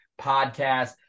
podcast